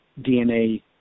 DNA